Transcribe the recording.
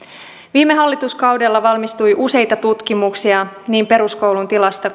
viime hallituskaudella valmistui useita tutkimuksia niin peruskoulun tilasta